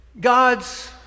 God's